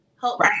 Help